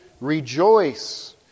Rejoice